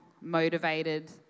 motivated